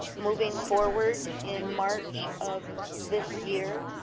moving forward, in march of this year,